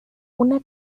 una